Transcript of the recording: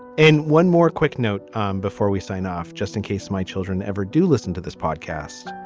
in one more quick note um before we sign off just in case my children ever do listen to this podcast.